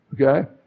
okay